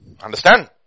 Understand